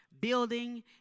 building